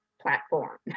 platform